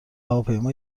هواپیما